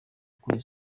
kuri